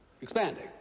Expanding